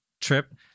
trip